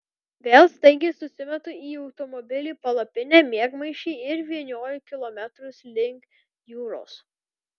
vėl staigiai susimetu į automobilį palapinę miegmaišį ir vynioju kilometrus link jūros